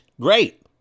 great